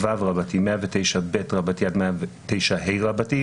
ואין ספק שהשטח זקוק לכללי המשחק האלה.